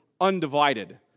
undivided